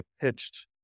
pitched